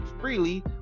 freely